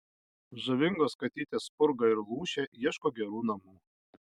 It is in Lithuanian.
žavingos katytės spurga ir lūšė ieško gerų namų